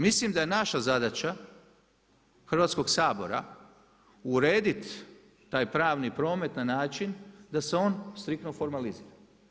Mislim da je naša zadaća Hrvatskoga sabora urediti taj pravni promet na način da se on striktno formalizira.